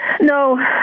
No